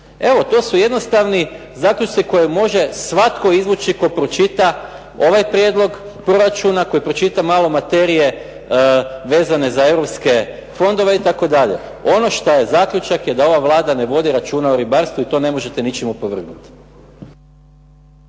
Evo to su jednostavni zaključci koje može svatko izvući tko pročita ovaj prijedlog proračuna, koji pročita malo materija vezane za europske fondove itd. Ono što je zaključak, da ova Vlada ne vodi računa o ribarstvu i to ne možete ničim opovrgnuti.